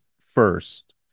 first